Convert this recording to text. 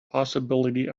possibility